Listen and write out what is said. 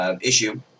issue